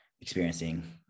experiencing